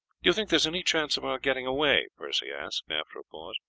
do you think there is any chance of our getting away? percy asked, after a pause.